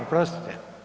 Oprostite.